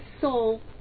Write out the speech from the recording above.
soul